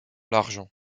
l’argent